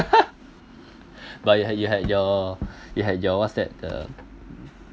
but you had you had your you had your what's that the